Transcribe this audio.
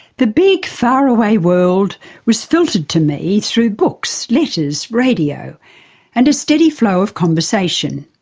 the big, faraway world was filtered to me through books, letters, radio and a steady flow of conversation.